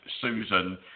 Susan